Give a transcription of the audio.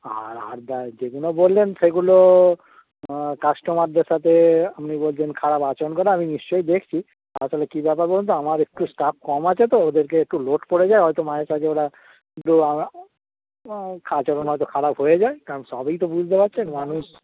আর আর যেগুনো বললেন সেগুলো কাস্টমারদের সাথে আপনি বলছেনেন খারাপ আচরণ করে আমি নিশ্চই দেখছি আসলে কী ব্যাপার বলুন তো আমার একটু স্টাফ কম আছে তো ওদেরকে একটু লোড পড়ে যায় হয়তো মায়ষ আছে ওরাটো আচরণ হয়তো খারাপ হয়ে যায় কারণ সবই তো বুঝতে পারছেন মানুষ